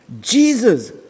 Jesus